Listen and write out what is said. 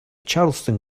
charleston